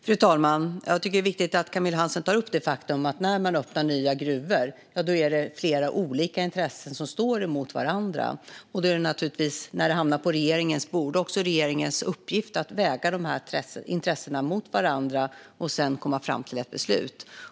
Fru talman! Jag tycker att det är viktigt att Camilla Hansén tar upp det faktum att det när man öppnar nya gruvor är flera olika intressen som står mot varandra. När det hamnar på regeringens bord är det naturligtvis regeringens uppgift att väga dessa intressen mot varandra och sedan komma fram till ett beslut.